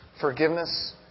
forgiveness